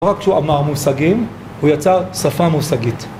לא רק שהוא אמר מושגים, הוא יצר שפה מושגית